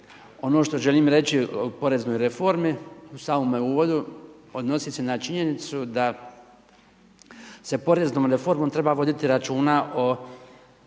Ono što želim reći o poreznoj reformi u samome uvodu odnosi se na činjenicu da se poreznom reformom treba voditi računa o